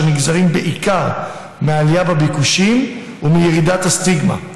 שנגזרים בעיקר מעלייה בביקושים ומירידת הסטיגמה.